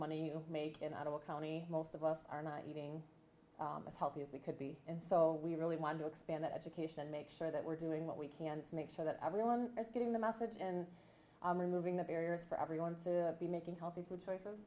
money you may get out of a county most of us are not eating as healthy as we could be and so we really want to expand that education and make sure that we're doing what we can to make sure that everyone is getting the message and removing the barriers for everyone to be making healthy food choices